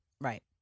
right